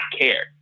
care